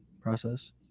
process